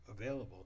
available